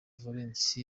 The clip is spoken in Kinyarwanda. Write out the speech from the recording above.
valens